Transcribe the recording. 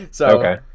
Okay